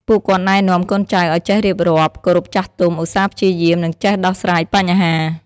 ពួកគាត់ណែនាំកូនចៅឲ្យចេះរៀបរាប់ គោរពចាស់ទុំ ឧស្សាហ៍ព្យាយាម និងចេះដោះស្រាយបញ្ហា។